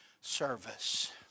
service